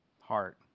heart